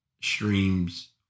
streams